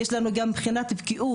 יש לנו גם בחינת בקיאות,